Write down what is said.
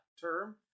term